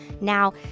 Now